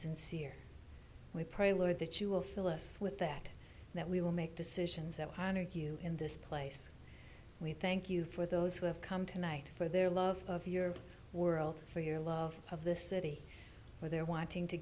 sincere we pray lord that you will fill us with that that we will make decisions that you in this place we thank you for those who have come tonight for their love of your world for your love of the city where they're wanting to